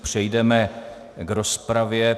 Přejdeme k rozpravě.